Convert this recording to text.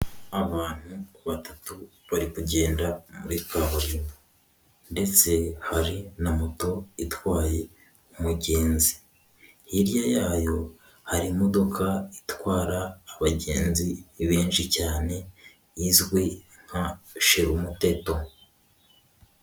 Abantu batatu bari kugenda muri kaburimbo ndetse hari na moto itwaye umugenzi, hirya yayo hari imodoka itwara abagenzi benshi cyane izwi nka shirumuteto.